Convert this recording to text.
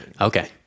Okay